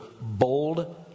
bold